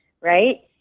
Right